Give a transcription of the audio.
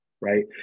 right